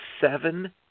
seven